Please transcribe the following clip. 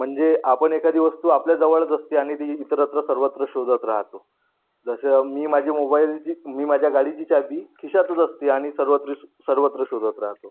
म्हणजे आपण एखादी वस्तू आपल्या जवळच असते आणि ती इ इतरत्र सर्वत्र शोधत राहतो जसं मी माझी मोबाईलची मी माझ्या गाडीची च्याबी खिश्यातच असते आणि सर्वत्रिस सर्वत्र शोधत राहतो